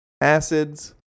Acids